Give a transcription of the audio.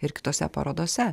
ir kitose parodose